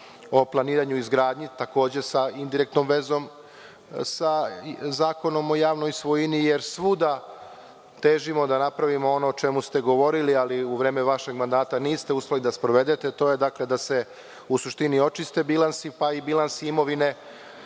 o planiranju i izgradnji, takođe sa indirektnom vezom sa Zakonom o javnoj svojini, jer svuda težimo da napravimo ono o čemu ste govorili, ali u vreme vašeg mandata niste uspeli da sprovedete, a to je da se, u suštini, očiste bilansi, pa i bilansi imovine